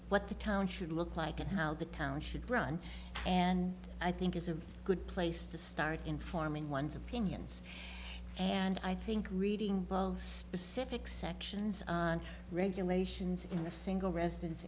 what the town should look like and how the town should run and i think is a good place to start informing one's opinions and i think reading specific sections on regulations in a single residence